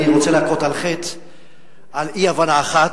אני רוצה להכות על חטא על אי-הבנה אחת.